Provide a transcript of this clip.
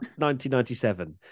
1997